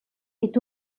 est